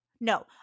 no